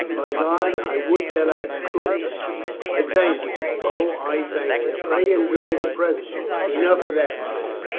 by god, i would that i could i thank you, o, i thank you. pray enjoy the present. enough of that. man,